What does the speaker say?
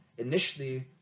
Initially